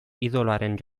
idoloaren